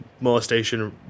molestation